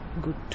good